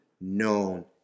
known